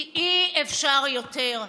כי אי-אפשר יותר.